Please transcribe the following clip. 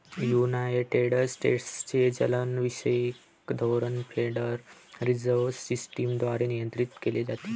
United स्टेट्सचे चलनविषयक धोरण फेडरल रिझर्व्ह सिस्टम द्वारे नियंत्रित केले जाते